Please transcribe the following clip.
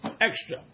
Extra